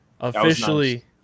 Officially